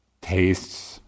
tastes